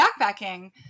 backpacking